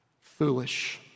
foolish